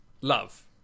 love